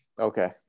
Okay